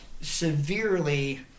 severely